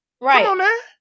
Right